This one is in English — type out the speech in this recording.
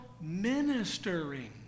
ministering